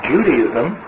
Judaism